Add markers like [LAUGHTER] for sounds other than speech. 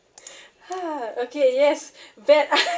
[NOISE] okay yes bad art [LAUGHS]